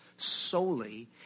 solely